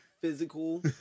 physical